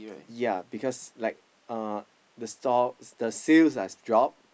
ya because like uh the stall the sales has drop